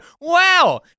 Wow